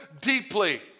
deeply